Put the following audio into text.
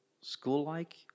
school-like